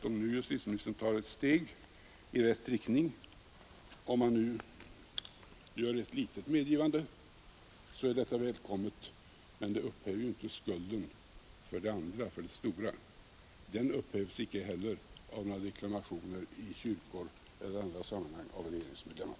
Om justitieministern nu tar ett steg i rätt riktning och gör ett litet medgivande så är detta välkommet. Men det upphäver ju inte skulden för det andra, för det större. Den upphävs icke heller av några deklarationer i kyrkor eller i andra sammanhang av regeringsmedlemmar